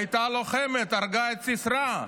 הייתה לוחמת, הרגה את סיסרא,